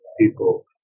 people